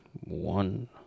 one